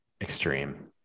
Extreme